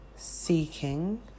seeking